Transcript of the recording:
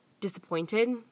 disappointed